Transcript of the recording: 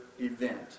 event